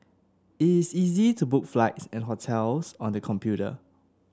it is easy to book flights and hotels on the computer